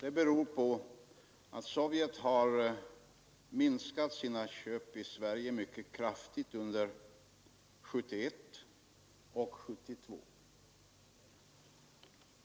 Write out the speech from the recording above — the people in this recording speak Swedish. Detta beror på att Sovjet har minskat sina köp i Sverige mycket kraftigt under 1971 och 1972.